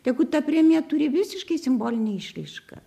tegu ta premija turi visiškai simbolinę išraišką